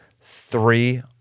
three